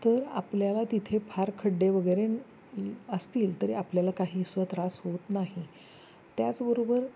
तर आपल्याला तिथे फार खड्डे वगैरे ल असतील तरी आपल्याला काही स्व त्रास होत नाही त्याचबरोबर